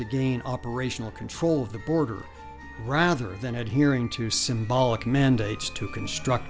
to gain operational control of the border rather than adhering to symbolic mandates to construct